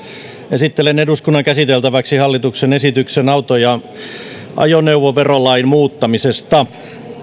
esittelen eduskunnan käsiteltäväksi hallituksen esityksen auto ja ajoneuvoverolain muuttamisesta